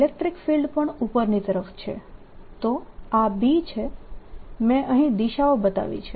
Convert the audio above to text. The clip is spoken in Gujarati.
ઇલેક્ટ્રીક ફિલ્ડ પણ ઉપરની તરફ છે તો આ B છે મેં અહીં દિશાઓ બતાવી છે